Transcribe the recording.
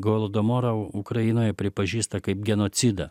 goldomorą ukrainoj pripažįsta kaip genocidą